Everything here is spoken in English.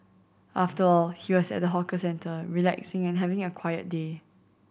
after all he was at a hawker centre relaxing and having a quiet day